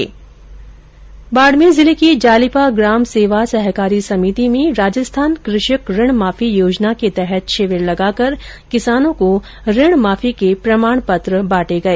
बाड़मेर जिले की जालिपा ग्राम सेवा सहकारी समिति में राजस्थान कृषक ऋण माफी योजना के तहत शिविर लगाकर किसानों को ऋण माफी प्रमाण पत्र बांटे गए